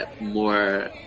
more